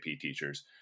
teachers